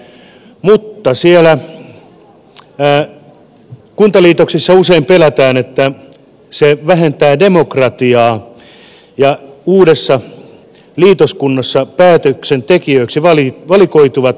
mutta siellä kuntaliitoksissa usein pelätään että se vähentää demokratiaa ja uudessa liitoskunnassa päätöksentekijöiksi valikoituvat isomman liitoskunnan kuntavaaliehdokkaat